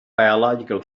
biological